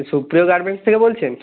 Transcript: সুপ্রিয় গার্মেন্টস থেকে বলছেন